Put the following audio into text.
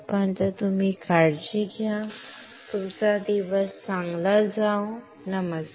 तोपर्यंत तुम्ही काळजी घ्या तुमचा दिवस चांगला जावो बाय